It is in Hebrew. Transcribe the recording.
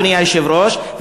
אדוני היושב-ראש,